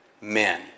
men